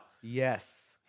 Yes